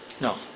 No